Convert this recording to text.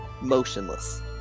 motionless